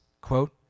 quote